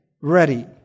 ready